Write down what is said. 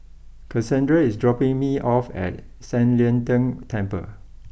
Cassandra is dropping me off at San Lian Deng Temple